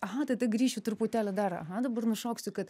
aha tada dar grįšiu truputėlį dar aha dabar nušoksiu kad